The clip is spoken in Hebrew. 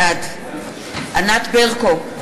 בעד ענת ברקו,